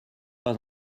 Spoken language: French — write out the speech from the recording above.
pas